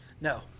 No